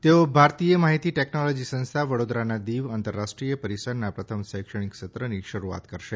તેઓ ભારતીય માહિતી ટેકનોલોજી સંસ્થા વડોદરાના દીવ આંતરરાષ્ટ્રીય પરિસરના પ્રથમ શૈક્ષણિક સત્રની શરૂઆત કરશે